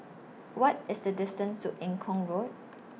What IS The distance to Eng Kong Road